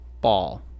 Ball